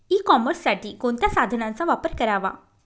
E कॉमर्ससाठी कोणत्या साधनांचा वापर करावा?